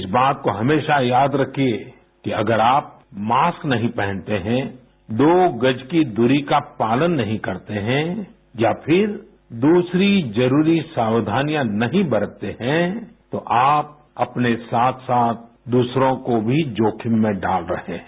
इस बात को हमेशा याद रखिए कि अगर आप मास्क नहीं पहनते हैं दो गज की दूरी का पालन नहीं करते हैं या फिर दूसरी जरुरी सावधानियां नहीं बरतते हैं तो आप अपने साथ साथ दूसरों को भी जोखिम में डाल रहे हैं